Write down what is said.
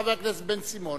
חבר הכנסת בן-סימון.